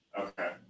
Okay